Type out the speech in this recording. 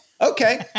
Okay